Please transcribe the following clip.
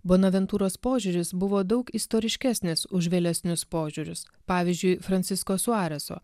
bonaventūros požiūris buvo daug istoriškesnis už vėlesnius požiūrius pavyzdžiui francisko suareso